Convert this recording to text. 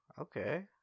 Okay